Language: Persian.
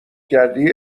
کردی